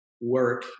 work